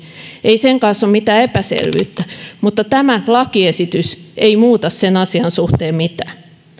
ei sen kanssa ole mitään epäselvyyttä mutta tämä lakiesitys ei muuta sen asian suhteen mitään